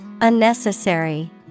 Unnecessary